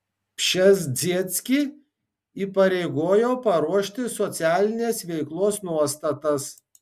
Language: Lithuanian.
pšezdzieckį įpareigojo paruošti socialinės veiklos nuostatas